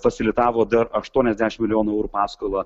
fasilitavo dar aštuoniasdešimt milijonų eurų paskolą